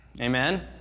Amen